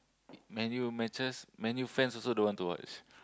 Man-U matches Man-U fans also don't want to watch